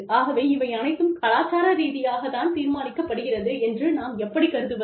ஆகவே இவை அனைத்தும் கலாச்சார ரீதியாகத் தான் தீர்மானிக்கப்படுகிறது என்று நாம் எப்படி கருதுவது